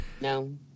No